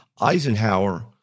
Eisenhower